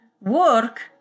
work